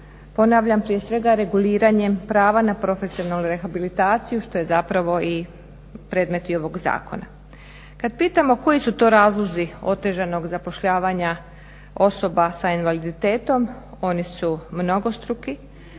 Ponavljam, prije svega reguliranjem prava na profesionalnu rehabilitaciju što je zapravo predmet i ovog zakona. Kad pitamo koji su to razlozi otežanog zapošljavanja osoba s invaliditetom, oni su mnogostruki.